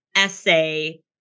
essay